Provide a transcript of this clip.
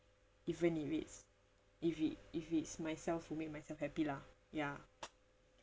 even if it's if it if it's myself who make myself happy lah ya